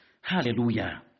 Hallelujah